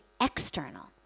external